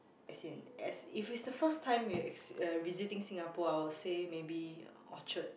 as in as if it's the first time you ex~ visiting Singapore I would say maybe Orchard